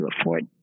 afford